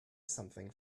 something